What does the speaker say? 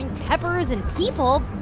and peppers and people.